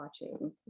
watching